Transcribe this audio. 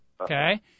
Okay